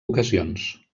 ocasions